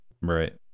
Right